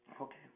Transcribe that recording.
Okay